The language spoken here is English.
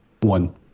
One